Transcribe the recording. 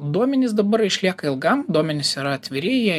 duomenys dabar išlieka ilgam duomenys yra atviri jie